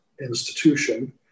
institution